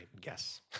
guess